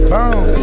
Boom